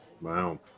Wow